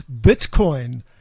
Bitcoin